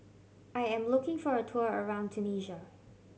I am looking for a tour around Tunisia